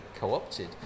co-opted